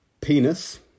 Penis